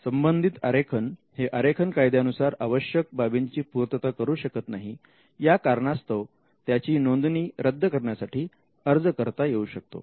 संबंधित आरेखन हे आरेखन कायद्यानुसार आवश्यक बाबींची पूर्तता करू शकत नाही या कारणास्तव त्त्याची नोंदणी रद्द करण्यासाठी अर्ज करता येऊ शकतो